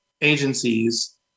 agencies